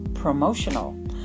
promotional